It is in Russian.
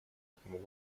этому